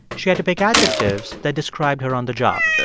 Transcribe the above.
she had to pick adjectives that described her on the job.